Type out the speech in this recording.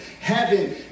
Heaven